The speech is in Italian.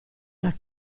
era